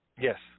Yes